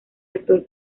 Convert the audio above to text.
actor